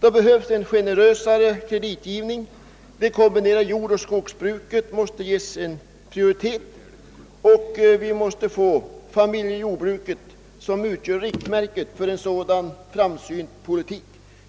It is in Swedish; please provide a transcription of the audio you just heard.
Det behövs en generösare kreditgivning. Det kombinerade jordoch skogsbruket måste ges prioritet. All erfarenhet hittills har visat att det är de bästa driftsnormerna i Norrland och familjejordbruket som måste utgöra riktmärket för en sådan framsynt politik.